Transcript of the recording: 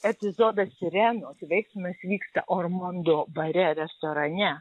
epizodas sirenos veiksmas vyksta ormondo bare restorane